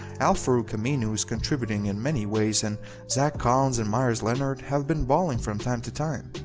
al-farouq aminu is contributing in many ways and zach collins and meyers leonard have been balling from time to time.